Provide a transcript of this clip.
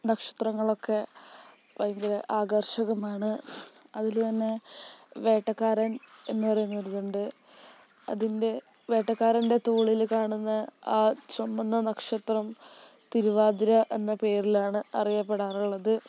നക്ഷത്രങ്ങളൊക്കെ ഭയങ്കര ആകർഷകമാണ് അതില്ത്തന്നെ വേട്ടക്കാരൻ എന്നു പറയുന്നൊരിതുണ്ട് അതിൻ്റെ വേട്ടക്കാരൻ്റെ തോളില് കാണുന്ന ആ ചുവന്ന നക്ഷത്രം തിരുവാതിര എന്ന പേരിലാണ് അറിയപ്പെടാറുള്ളത്